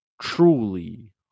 truly